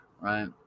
Right